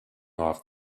off